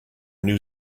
new